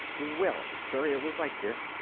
well, sir, it was like this.